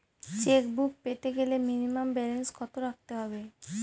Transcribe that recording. Chequebook পেতে গেলে minimum balance কত রাখতে হবে?